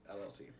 LLC